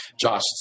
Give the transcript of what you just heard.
Josh